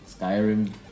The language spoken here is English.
Skyrim